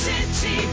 City